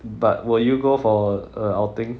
but will you go for a outing